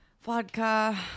Vodka